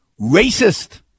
racist